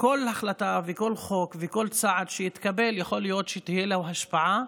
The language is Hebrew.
כל החלטה וכל חוק וכל צעד שיתקבל יכול להיות שתהיה לו השפעה.